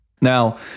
Now